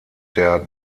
der